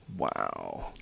Wow